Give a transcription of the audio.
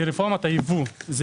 לרפורמת הייבוא.